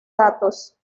datos